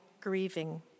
grieving